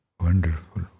Wonderful